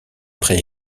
pré